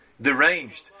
deranged